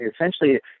essentially